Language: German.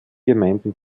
gemeinden